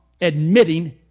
admitting